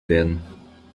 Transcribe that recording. werden